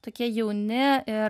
tokie jauni ir